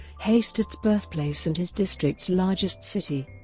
hastert's birthplace and his district's largest city.